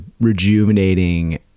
rejuvenating